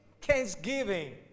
thanksgiving